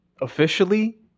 officially